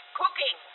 cooking